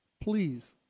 please